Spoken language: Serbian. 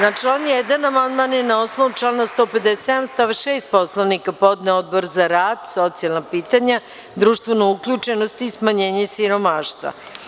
Na član 1. amandman je na osnovu člana 157. stav 6. Poslovnika, podneo Odbor za rad, socijalna pitanja, društvenu uključenost i smanjenje siromaštva.